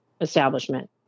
establishment